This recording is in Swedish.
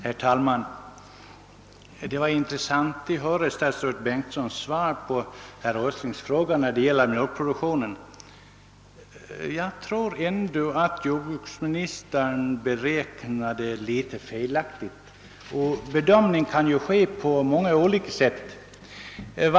Herr talman! Det var intressant att höra statsrådet Bengtssons svar på herr Åslings fråga om mjölkproduktionen. Jag tror emellertid att jordbruksministern räknade litet felaktigt — bedömningen kan ju göras på många olika sätt.